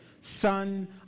son